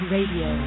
Radio